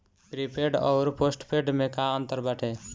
Prepaid अउर postpaid में का अंतर बाटे?